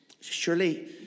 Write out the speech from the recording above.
Surely